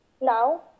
Now